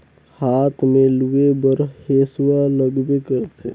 हाथ में लूए बर हेसुवा लगबे करथे